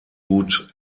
gut